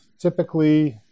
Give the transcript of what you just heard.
typically